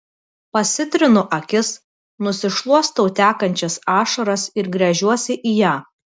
pasitrinu akis nusišluostau tekančias ašaras ir gręžiuosi į ją